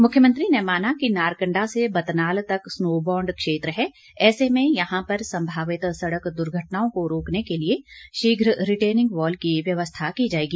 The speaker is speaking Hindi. मुख्यमंत्री ने माना की नारकंडा से बतनाल तक स्नोबॉन्ड क्षेत्र है ऐसे में यहां पर संभावित सड़क दुर्घटनाओं को रोकने के लिए शीघ्र रिटेनिंग यॉल की व्यवस्था की जाएगी